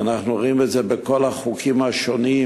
ואנחנו רואים את זה בכל החוקים השונים: